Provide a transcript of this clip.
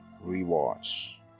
rewards